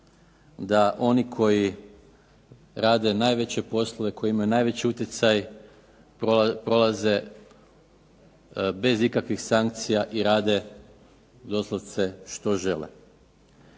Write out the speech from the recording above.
da oni koji rade najveće poslove, koji imaju najveći utjecaj prolaze bez ikakvih sankcija i rade doslovce što žele.